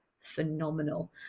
phenomenal